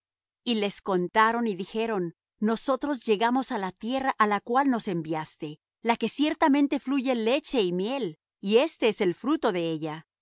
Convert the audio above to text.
y le contaron y dijeron nosotros llegamos á la tierra á la cual nos enviaste la que ciertamente fluye leche y miel y este es el fruto de ella